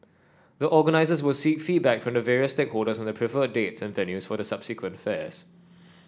the organisers will seek feedback from various stakeholders on the preferred dates and venues for the subsequent fairs